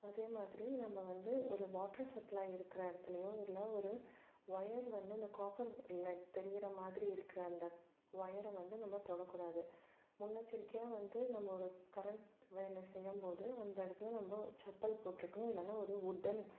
அதே மாதிரி நம்ம வந்து ஒரு வாட்டர் சப்ளை இருக்கிற இடத்துலையோ இல்லை ஒரு ஒயர் வந்து அந்த காப்பரில் தெரியுற மாதிரி இருக்கிற அந்த ஒயரை வந்து நம்ம தொடக்கூடாது முன்னெச்சரிக்கையாக வந்து நம்ம ஒரு கரண்ட் வேலை செய்யும் போது அந்த இடத்துல நம்ம செப்பல் போட்டுருக்கணும் இல்லைன்னா ஒரு உட்டன்